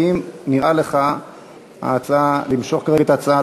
האם נראית לך ההצעה למשוך כרגע את ההצעה,